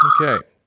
okay